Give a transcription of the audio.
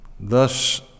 Thus